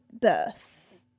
birth